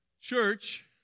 Church